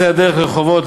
על זה הדרך לרחובות,